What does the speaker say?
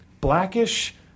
Blackish